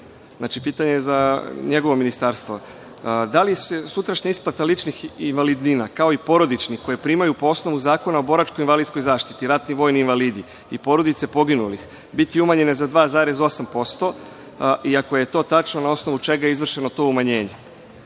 da pitam ministra Vulina – da li se sutrašnja isplata ličnih invalidnina, kao i porodičnih koje primaju po osnovu Zakona o boračkoj i invalidskoj zaštiti ratni vojni invalidi i porodice poginulih biti umanjene za 2,8% i ako je to tačno na osnovu čega je izvršeno to umanjenje? Za